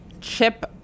chip